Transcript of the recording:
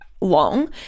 long